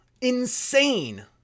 insane